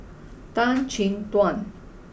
Tan Chin Tuan